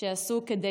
שבה עשו כדי